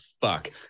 fuck